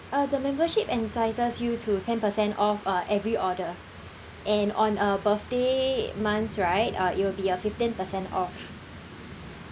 uh the membership entitles you to ten percent off uh every order and on a birthday months right uh it will be a fifteen percent off